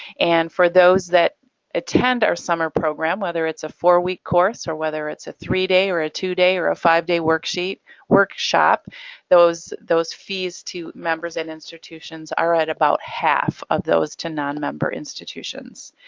and for those that attend our summer program, whether it's a four week course, or whether it's a three day, or a two day, or a five day workshop workshop those those fees to members and institutions are at about half of those to non-member institutions.